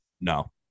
No